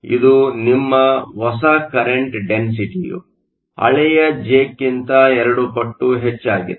ಇದು ನಿಮ್ಮ ಹೊಸ ಕರೆಂಟ್ ಡೆನ್ಸಿಟಿಯು ಹಳೆಯ ಜೆಕ್ಕಿಂತ 2 ಪಟ್ಟು ಹೆಚ್ಚಾಗಿದೆ